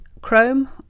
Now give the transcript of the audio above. chrome